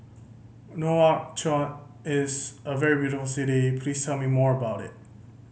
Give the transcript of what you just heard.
Nouakchott is a very beautiful city please tell me more about it